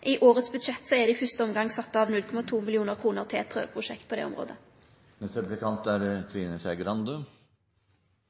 I årets budsjett er det i fyrste omgang sett av 0,2 mill. kr til eit prøveprosjekt på det området.